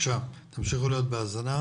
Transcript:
תמשיכו להיות בהאזנה.